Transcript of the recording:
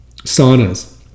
saunas